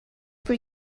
por